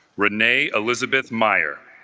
renee elizabeth mayer